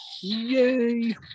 Yay